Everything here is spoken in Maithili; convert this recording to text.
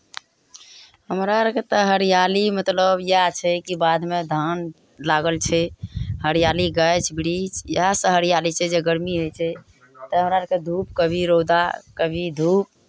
हमरा आरकेँ तऽ हरियाली मतलब इएह छै कि बाधमे धान लागल छै हरियाली गाछ वृक्ष इएहसभ हरियाली छै जे गरमी होइ छै तऽ हमरा आरकेँ धूप कभी रौदा कभी धूप